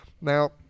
now